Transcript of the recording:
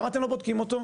למה אתם לא בודקים אותו?